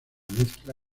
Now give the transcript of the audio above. mezcla